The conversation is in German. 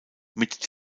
mit